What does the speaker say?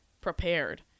prepared